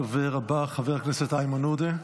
הדובר הבא, חבר הכנסת איימן עודה,